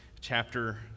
chapter